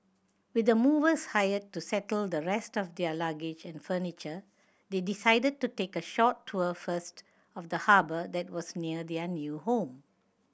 with the movers hired to settle the rest of their luggage and furniture they decided to take a short tour first of the harbour that was near their new home